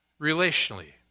relationally